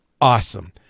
awesome